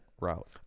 route